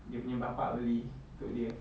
dia punya bapak beli untuk dia